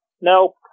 No